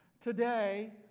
Today